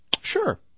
Sure